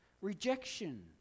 rejection